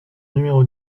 numéro